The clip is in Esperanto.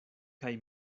kaj